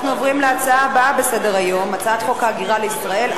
אנחנו עוברים להצעה הבאה בסדר-היום: הצעת חוק ההגירה לישראל,